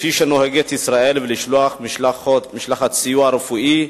כפי שנוהגת ישראל ולשלוח משלחת סיוע רפואי ושיקומי.